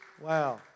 Wow